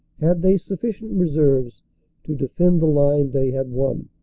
had they sufficient reserves to defend the line they had won.